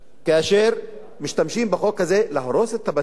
כאשר משתמשים בחוק הזה כדי להרוס את הבתים,